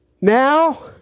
Now